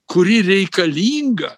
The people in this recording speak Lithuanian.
kuri reikalinga